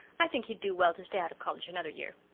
i think he'd do well to stay out of college another year.